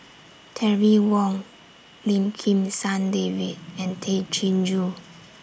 Terry Wong Lim Kim San David and Tay Chin Joo